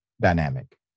dynamic